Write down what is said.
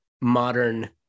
modern